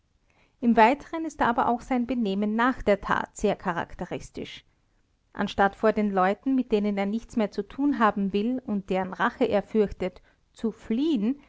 im weiteren ist aber auch sein benehmen nach der tat sehr charakteristisch anstatt vor den leuten mit denen er nichts mehr zu tun haben will und deren rache er fürchtet zu fliehen